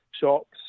shops